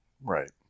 Right